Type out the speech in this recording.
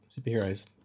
Superheroes